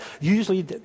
usually